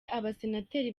abasenateri